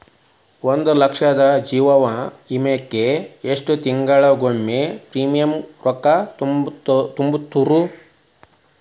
ಒಂದ್ ಲಕ್ಷದ ಜೇವನ ವಿಮಾಕ್ಕ ಎಷ್ಟ ತಿಂಗಳಿಗೊಮ್ಮೆ ಪ್ರೇಮಿಯಂ ರೊಕ್ಕಾ ತುಂತುರು?